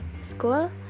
school